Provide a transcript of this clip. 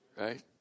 Right